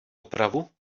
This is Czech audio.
opravu